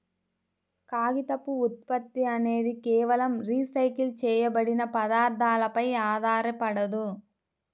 కాగితపు ఉత్పత్తి అనేది కేవలం రీసైకిల్ చేయబడిన పదార్థాలపై ఆధారపడదు